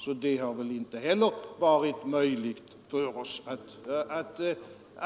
Så det har inte heller där varit möjligt för oss att